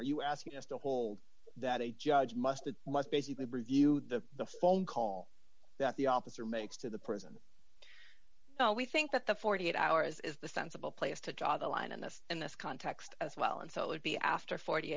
are you asking us to hold that a judge must it must basically review the phone call that the officer makes to the prison we think that the forty eight hours is the sensible place to draw the line and that's in this context as well and so it would be after forty